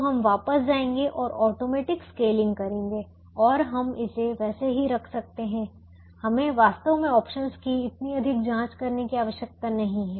तो हम वापस जाएंगे और ऑटोमेटिक स्केलिंग करेंगे और हम इसे वैसे ही रख सकते हैं हमें वास्तव में ऑप्शंस की इतनी अधिक जांच करने की आवश्यकता नहीं है